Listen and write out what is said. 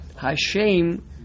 Hashem